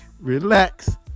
relax